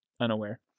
unaware